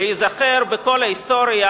להיזכר בכל ההיסטוריה,